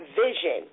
vision